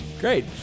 Great